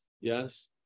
Yes